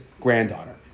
granddaughter